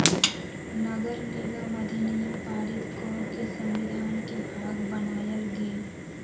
नगरनिगम अधिनियम पारित कऽ के संविधान के भाग बनायल गेल